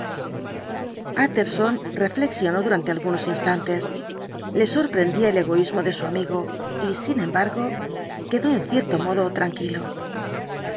tjtterson reflexionó durante algunos instantes le sorprendía el egoísmo de su amigo y sin embargo quedó en cierto modo tranquilo